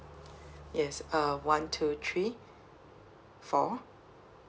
yes uh one two three four